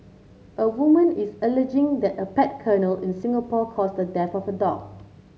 a woman is alleging that a pet kennel in Singapore caused the death of her dog